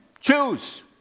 Choose